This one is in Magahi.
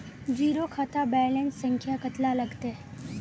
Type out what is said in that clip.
जीरो खाता बैलेंस संख्या कतला लगते?